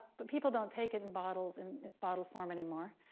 but people don't take it in bottles in its bottle form anymore.